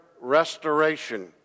restoration